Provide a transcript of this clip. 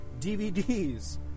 DVDs